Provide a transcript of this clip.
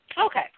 Okay